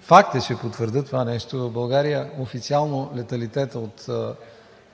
Факт е, ще потвърдя това нещо, в България официално леталитетът от